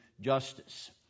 justice